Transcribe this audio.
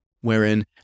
wherein